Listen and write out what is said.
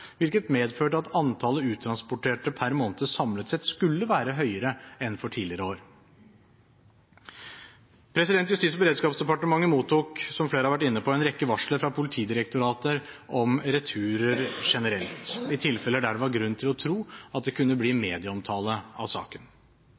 hvilket medførte at antallet uttransporterte per måned samlet sett skulle være høyere enn for tidligere år. Justis- og beredskapsdepartementet mottok, som flere har vært inne på, en rekke varsler fra Politidirektoratet om returer generelt, i tilfeller der det var grunn til å tro at det kunne bli medieomtale av saken.